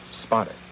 spotted